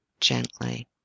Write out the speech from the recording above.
gently